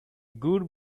good